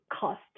cost